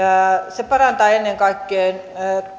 se parantaa ennen kaikkea